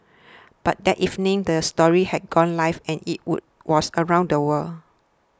by that evening the story had gone live and it would was around the world